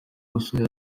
musore